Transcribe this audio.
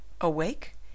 Awake